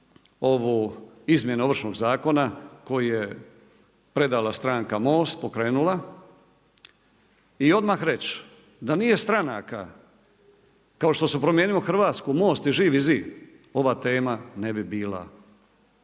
izmjene Ovršnog zakona koje je predala stranka Most pokrenula i odmah reć da nije stranaka kao što su Promijenimo Hrvatsku, Most i Živi zid ova tema ne bi bila